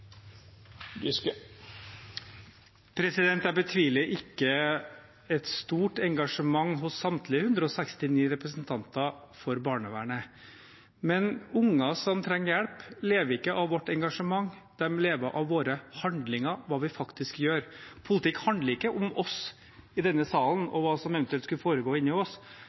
Jeg betviler ikke et stort engasjement for barnevernet hos samtlige 169 representanter, men unger som trenger hjelp, lever ikke av vårt engasjement, de lever av våre handlinger, av hva vi faktisk gjør. Politikk handler ikke om oss i denne salen og hva som eventuelt skulle foregå inne i oss,